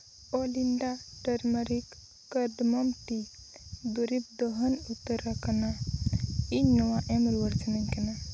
ᱚᱞᱤᱱᱰᱟ turmeric cardamom ᱴᱤ ᱫᱩᱨᱤᱵ ᱫᱚ ᱦᱟᱹᱱ ᱩᱛᱟᱹᱨ ᱟᱠᱟᱱᱟ ᱤᱧ ᱱᱚᱣᱟ ᱮᱢ ᱨᱩᱣᱟᱹᱲ ᱥᱟᱱᱟᱧ ᱠᱟᱱᱟ